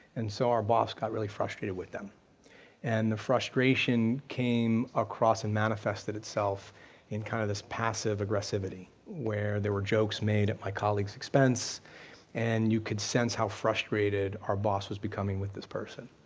and so our boss got really frustrated with them and the frustration came across and manifested itself in, kind of, this passive aggressivity where there were jokes made at my colleague's expense and you could sense how frustrated our boss was becoming with this person.